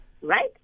right